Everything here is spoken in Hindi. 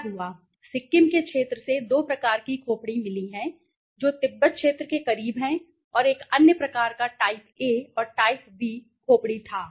क्या हुआ सिक्किम के क्षेत्र से दो प्रकार की खोपड़ी मिली हैं जो तिब्बत क्षेत्र के करीब है और एक अन्य प्रकार का टाइप ए और टाइप बी खोपड़ी था